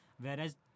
Whereas